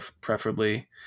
preferably